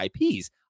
IPs